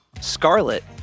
Scarlet